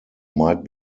might